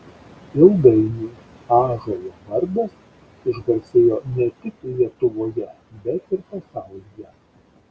ilgainiui ąžuolo vardas išgarsėjo ne tik lietuvoje bet ir pasaulyje